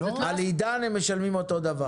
על עידן הם משלמים אותו דבר.